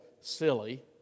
silly